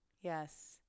Yes